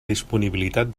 disponibilitat